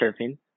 surfing